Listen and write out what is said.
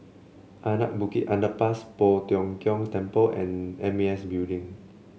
Anak Bukit Underpass Poh Tiong Kiong Temple and M A S Building